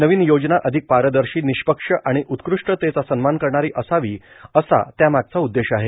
नवीन योजना अधिक पारदर्शी निःपक्ष आणि उत्कृष्टतेचा सन्मान करणारी असावी असा त्यामागचा उद्देश आहे